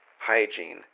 Hygiene